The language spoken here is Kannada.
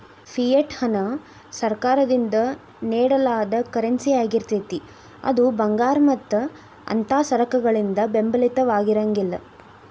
ಫಿಯೆಟ್ ಹಣ ಸರ್ಕಾರದಿಂದ ನೇಡಲಾದ ಕರೆನ್ಸಿಯಾಗಿರ್ತೇತಿ ಅದು ಭಂಗಾರ ಮತ್ತ ಅಂಥಾ ಸರಕಗಳಿಂದ ಬೆಂಬಲಿತವಾಗಿರಂಗಿಲ್ಲಾ